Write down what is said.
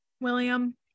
william